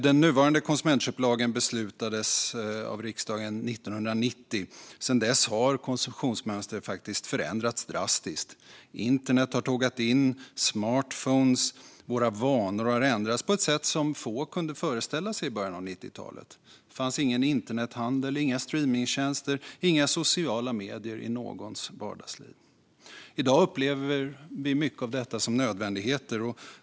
Den nuvarande konsumentköplagen beslutades av riksdagen 1990. Sedan dess har konsumtionsmönstret förändrats drastiskt. Internet har tågat in, vi har smarta mobiler och våra vanor har ändrats på ett sätt som få kunde föreställa sig i början av 90-talet. Då fanns ingen internethandel, inga strömningstjänster och inga sociala medier i någons vardagsliv. I dag upplever vi mycket av detta som nödvändigheter.